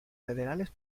federales